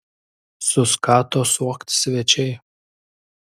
suskato suokt svečiai